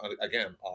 again